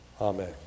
Amen